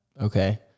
okay